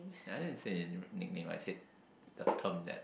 I didn't say nickname I said the term that